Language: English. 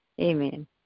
Amen